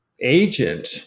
agent